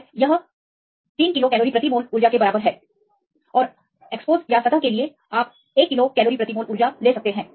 तो इस मामले में आप 3 किलो कैलोरी प्रति मोल और सतह के लिए डालते हैं और आप मानक मामले के लिए प्रति किलो 1 किलो कैलोरी प्रति मोल ले सकते हैं